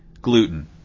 gluten